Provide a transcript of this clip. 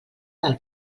del